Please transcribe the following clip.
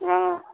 हँ